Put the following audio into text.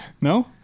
No